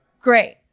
Great